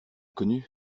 connu